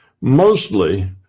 Mostly